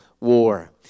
War